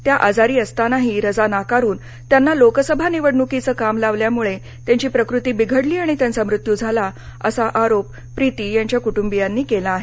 त्या आजारी असतानाही रजा नाकारून त्यांना लोकसभा निवडणुकीचं काम लावल्यामुळे त्यांची प्रकृती बिघडली आणि त्यांचा मृत्यू झाला असा आरोप प्रीती यांच्या कुटुंबीयांनी केला आहे